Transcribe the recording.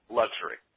luxury